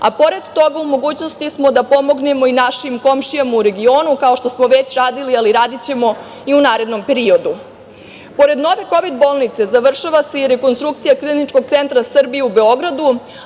a pored toga u mogućnosti smo da pomognemo i našim komšijama u regionu, kao što smo već radili, ali radićemo i u narednom periodu. Pored nove kovid-bolnice završava se i rekonstrukcija Kliničkog centra Srbije u Beogradu,